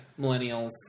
millennials